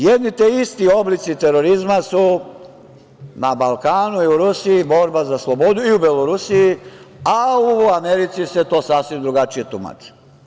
Jedni te isti oblici terorizma su na Balkanu i u Rusiji, borba za slobodu, i u Belorusiji, a u Americi se to sasvim drugačije tumači.